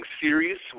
series